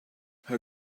her